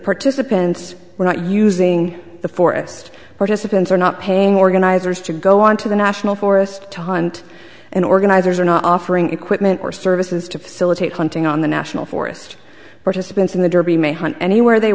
participants were not using the forest participants are not paying organizers to go on to the national forest to hunt and organizers are not offering equipment or services to facilitate hunting on the national forest participants in the derby may hunt anywhere they